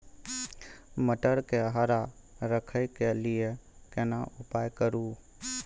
मटर के हरा रखय के लिए केना उपाय करू?